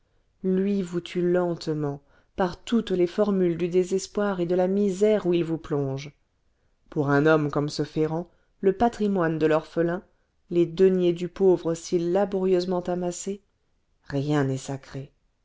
lui vous tue lentement par toutes les formules du désespoir et de la misère où il vous plonge pour un homme comme ce ferrand le patrimoine de l'orphelin les deniers du pauvre si laborieusement amassés rien n'est sacré